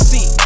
See